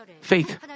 faith